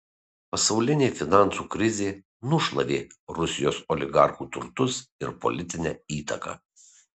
pasaulinė finansų krizė nušlavė rusijos oligarchų turtus ir politinę įtaką